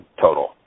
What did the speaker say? total